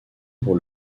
pour